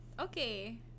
Okay